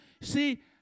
See